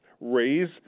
raise